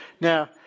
Now